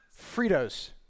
Fritos